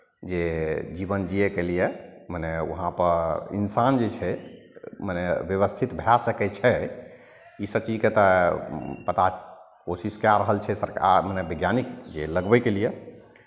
जे जीवन जियैके लिए मने वहाँपर इन्सान जे छै मने व्यवस्थित भए सकै छै इसभ चीजके तऽ पता कोशिश कए रहल छै सरकार मने वैज्ञानिक जे लगबैके लिए